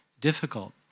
difficult